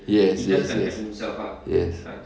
yes yes yes yes